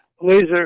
laser